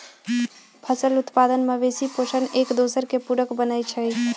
फसल उत्पादन, मवेशि पोशण, एकदोसर के पुरक बनै छइ